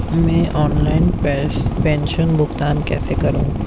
मैं ऑनलाइन प्रेषण भुगतान कैसे करूँ?